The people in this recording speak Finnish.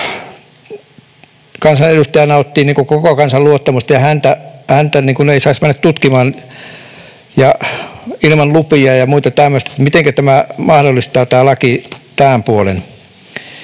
kansanedustaja nauttii koko kansan luottamusta eikä häntä saisi mennä tutkimaan ilman lupia ja muuta tämmöistä — että mitenkä tämä laki mahdollistaa tämän puolen?